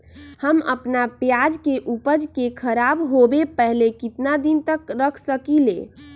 हम अपना प्याज के ऊपज के खराब होबे पहले कितना दिन तक रख सकीं ले?